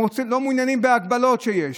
הם לא מעוניינים בהגבלות שיש.